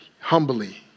humbly